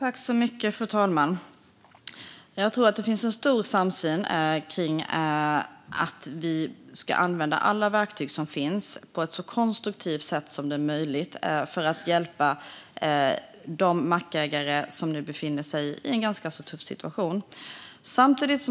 Fru talman! Jag tror att det finns en stor samsyn om att vi ska använda alla verktyg som finns på ett så konstruktivt sätt som möjligt för att hjälpa de mackägare som befinner sig i en tuff situation.